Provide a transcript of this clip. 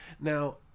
Now